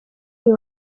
uyu